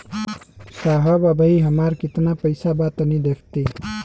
साहब अबहीं हमार कितना पइसा बा तनि देखति?